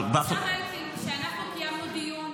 השר אלקין, כשאנחנו קיימנו דיון,